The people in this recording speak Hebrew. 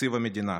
תקציב המדינה.